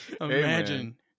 Imagine